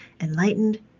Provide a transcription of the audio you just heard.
enlightened